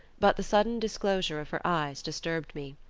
but the sudden disclosure of her eyes disturbed me.